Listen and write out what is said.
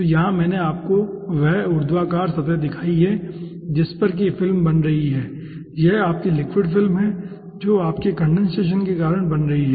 तो यहाँ मैंने आपको वह उर्ध्वाकार सतह दिखाई है जिस पर फिल्म बन रही है यह आपकी लिक्विड फिल्म है जो आपके कंडेनसेशन के कारण बन रही है